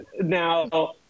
Now